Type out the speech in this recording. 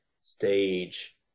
stage